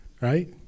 right